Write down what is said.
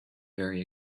very